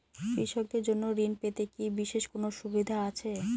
কৃষকদের জন্য ঋণ পেতে কি বিশেষ কোনো সুবিধা আছে?